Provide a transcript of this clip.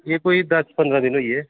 एह् कोई दस पंदरां दिन होई गे